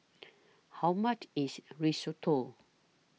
How much IS Risotto